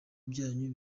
byanyu